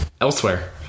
elsewhere